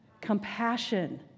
compassion